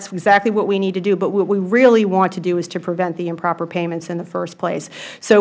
is exactly what we need to do but what we really want to do is to prevent the improper payments in the first place so